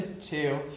two